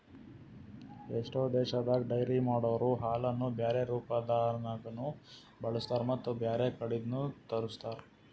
ಎಷ್ಟೋ ದೇಶದಾಗ ಡೈರಿ ಮಾಡೊರೊ ಹಾಲನ್ನು ಬ್ಯಾರೆ ರೂಪದಾಗನೂ ಬಳಸ್ತಾರ ಮತ್ತ್ ಬ್ಯಾರೆ ಕಡಿದ್ನು ತರುಸ್ತಾರ್